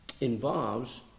involves